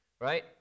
right